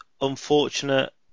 unfortunate